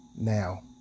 now